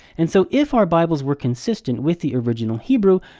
and so, if our bibles were consistent with the original hebrew,